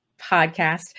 podcast